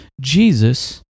Jesus